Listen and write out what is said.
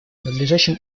надлежащим